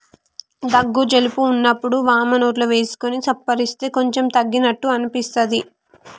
దగ్గు జలుబు వున్నప్పుడు వోమ నోట్లో వేసుకొని సప్పరిస్తే కొంచెం తగ్గినట్టు అనిపిస్తది